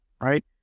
right